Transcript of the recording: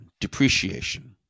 depreciation